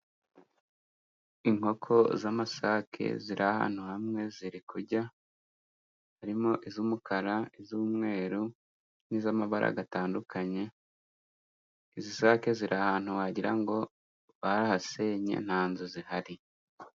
Inkoko z'amasake ziri ahantu hamwe ziri kurya. Harimo iz'umukara, iz'umweru, n'iz'amabara atandukanye. Izi sake ziri ahantu wagira ngo barahasenye, nta nzu zihari.